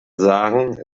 sagen